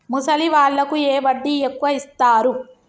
ముసలి వాళ్ళకు ఏ వడ్డీ ఎక్కువ ఇస్తారు?